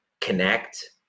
connect